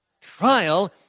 Trial